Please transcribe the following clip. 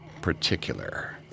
particular